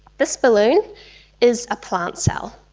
this balloon is a plant cell.